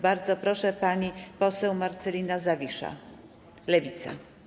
Bardzo proszę, pani poseł Marcelina Zawisza, Lewica.